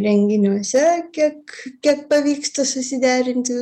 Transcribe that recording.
renginiuose kiek kiek pavyksta susiderinti